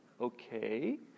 okay